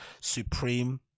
Supreme